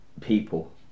people